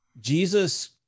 Jesus